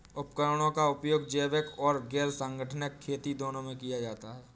उपकरणों का उपयोग जैविक और गैर संगठनिक खेती दोनों में किया जाता है